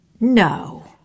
no